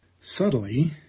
Subtly